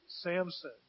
Samson